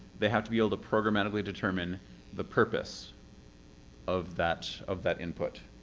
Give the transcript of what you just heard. they have to be able to programmatically determine the purpose of that of that input.